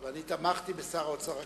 ואני תמכתי בשר האוצר הקודם.